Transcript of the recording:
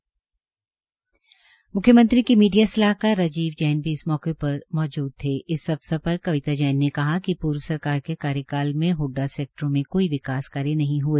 म्ख्यमंत्री के मीडिया सलाहकार राजीव जैन ने कहा कि पूर्व सरकार के कार्यकाल में हडा सैक्टरों में कोई विकास कार्य नहीं हए